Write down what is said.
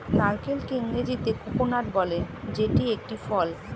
নারকেলকে ইংরেজিতে কোকোনাট বলে যেটি একটি ফল